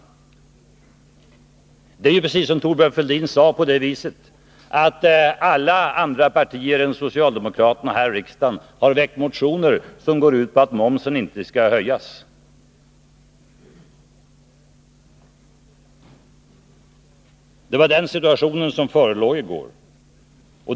Det är, precis som Thorbjörn Fälldin sade, på det viset att alla andra partier än socialdemokraterna här i riksdagen har väckt motioner, som går ut på att momsen inte skall höjas. Det var den situation som förelåg i går.